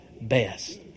best